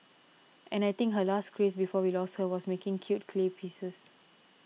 and I think her last craze before we lost her was making cute clay pieces